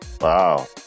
Wow